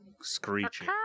screeching